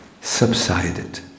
subsided